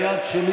ליד שלי,